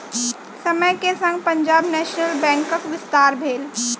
समय के संग पंजाब नेशनल बैंकक विस्तार भेल